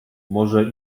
morze